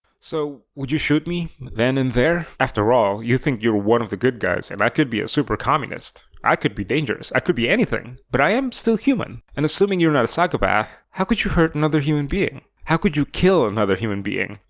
so, would you shoot me then and there? afterall, you think you're one of the good guys and i could be a super communist. i could be dangerous. i could be anything. but i am still human, and assuming you're not a psychopath, how could you hurt another human being? how could you kill another human being?